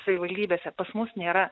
savivaldybėse pas mus nėra